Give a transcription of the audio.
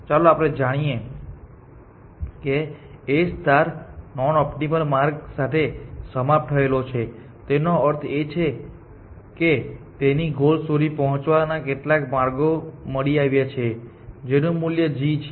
ચાલો આપણે જોઈએ કે A નોન ઓપ્ટિમલ માર્ગ સાથે સમાપ્ત થયો છે તેનો અર્થ એ કે તેની ગોલ સુધી પોંહચવાના કેટલાક માર્ગો મળી આવ્યા છે જેનું મૂલ્ય g છે